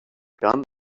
gone